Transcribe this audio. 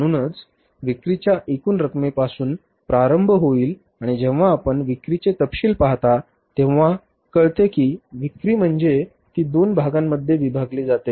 म्हणूनच विक्रीच्या एकूण रकमेपासून प्रारंभ होईल आणि जेव्हा आपण विक्रीचे तपशील पाहता तेव्हा कळते की विक्री म्हणजे ती दोन भागांमध्ये विभागली जाते